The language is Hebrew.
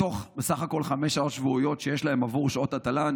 מתוך חמש שעות שבועיות שיש להם בסך הכול עבור שעות התל"ן.